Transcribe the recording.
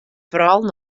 foaral